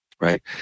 Right